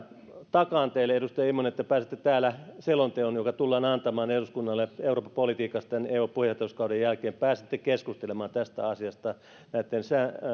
takaan teille edustaja immonen että selonteon joka tullaan antamaan eduskunnalle eurooppa politiikasta tämän eu puheenjohtajuuskauden jälkeen yhteydessä te pääsette täällä keskustelemaan tästä asiasta näitten